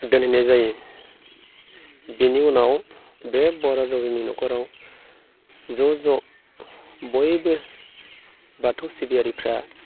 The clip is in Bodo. दोनहैनाय जायो बेनि उनाव बे बर' दौरिनि न'खराव ज' ज' बयबो बाथौ सिबियारिफोरा